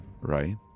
right